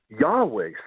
Yahweh